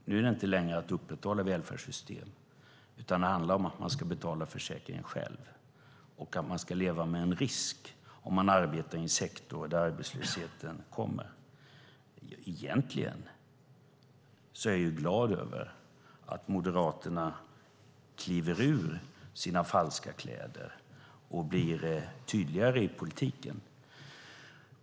Nu är det inte längre att upprätthålla välfärdssystem, utan det handlar om att man ska betala försäkringen själv och att man ska leva med en risk om man arbetar i en sektor där arbetslösheten kommer. Egentligen är jag glad över att Moderaterna kliver ur sina falska kläder och blir tydligare i politiken.